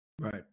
Right